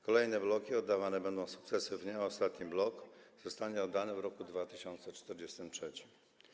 Kolejne bloki oddawane będą sukcesywnie, a ostatni blok zostanie oddany w roku 2043.